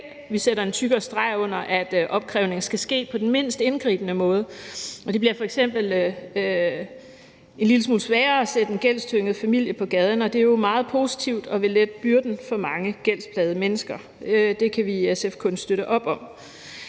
Vi sætter en tykkere streg under, at opkrævning skal ske på den mindst indgribende måde. Det bliver f.eks. en lille smule sværere at sætte en gældstynget familie på gaden, og det er jo meget positivt og vil lette byrden for mange gældsplagede mennesker. Det kan vi i SF kun støtte op om.